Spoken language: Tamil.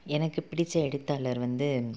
எனக்கு பிடித்த எழுத்தாளர் வந்து